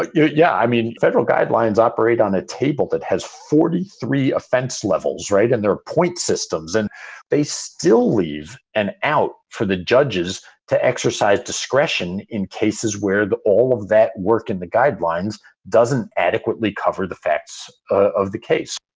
like yeah yeah. i mean, federal guidelines operate on a table that has forty three offense levels. right. and their point systems. and they still leave an out for the judges to exercise discretion in cases where all of that work in the guidelines doesn't adequately cover the facts of the case